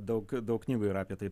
daug daug knygų yra apie tai